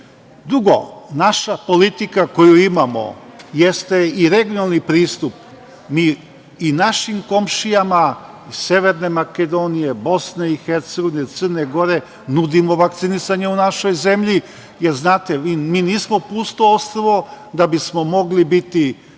vrste. Drugo, naša politika koju imamo jeste, i regionalni pristup, mi i našim komšijama iz Severne Makedonije, BiH, Crne Gore nudimo vakcinisanje u našoj zemlji. Znate, mi nismo pusto ostrvo da bismo mogli biti